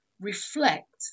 reflect